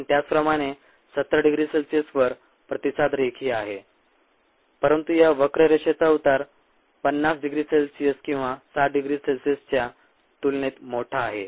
आणि त्याचप्रमाणे 70 डिग्री सेल्सियसवर प्रतिसाद रेखीय आहे परंतु या वक्र रेषेचा उतार 50 डिग्री सेल्सियस किंवा 60 डिग्री सेल्सियसच्या तुलनेत मोठा आहे